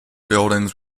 buildings